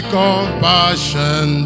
compassion